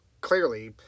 clearly